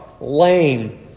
lame